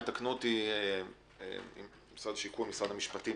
ויתקנו אותי משרדי השיכון והמשפטים,